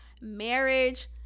marriage